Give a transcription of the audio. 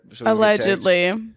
allegedly